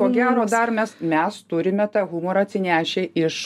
ko gero dar mes mes turime tą humorą atsinešę iš